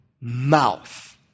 mouth